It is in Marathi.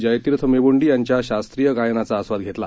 जयतीर्थ मेवूंडी यांच्या शास्त्रीय गायनाचा आस्वाद घेतला